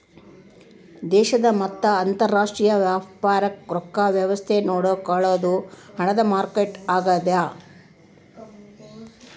ದೇಶದ ಮತ್ತ ಅಂತರಾಷ್ಟ್ರೀಯ ವ್ಯಾಪಾರಕ್ ರೊಕ್ಕ ವ್ಯವಸ್ತೆ ನೋಡ್ಕೊಳೊದು ಹಣದ ಮಾರುಕಟ್ಟೆ ಆಗ್ಯಾದ